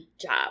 job